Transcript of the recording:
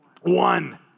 One